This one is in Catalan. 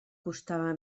costava